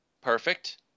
Perfect